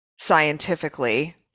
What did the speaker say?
scientifically